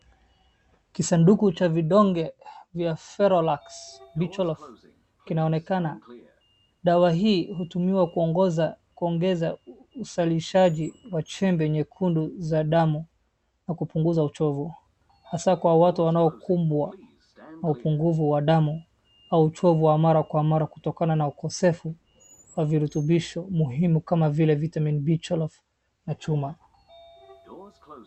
Kisanduku cha vidonge vya ferolax B12 kinaonekana. Dawa hii hutumiwa kuongoza kuongeza uzalishaji wa chembe nyekundu za damu na kupunguza uchovu hasa kwa watu wanaokumbwa na upungufu wa damu au uchovu wa mara kwa mara kutokana na ukosefu wa virutumbisho muhimu kama vile vitamin B12 na chuma.